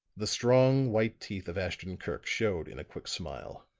the strong, white teeth of ashton-kirk showed in a quick smile.